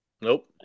Nope